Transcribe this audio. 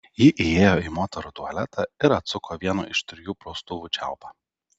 ji įėjo į moterų tualetą ir atsuko vieno iš trijų praustuvų čiaupą